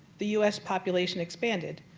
the u s. population expanded,